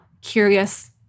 curious